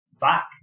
Back